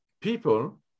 people